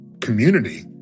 community